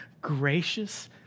gracious